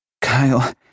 Kyle